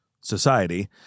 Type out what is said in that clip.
society